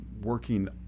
working